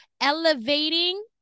elevating